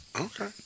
Okay